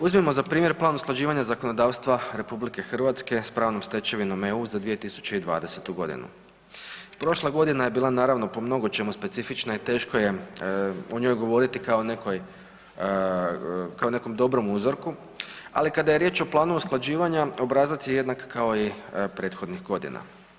Uzmimo za primjer plan usklađivanja zakonodavstva RH s pravnom stečevinom EU za 2020. godinu, prošla godina je bila naravno po mnogočemu specifična i teško je o njoj govoriti kao o nekoj, kao o nekom dobrom uzorku, ali kada je riječ o planu usklađivanja obrazac je jednak kao i prethodnih godina.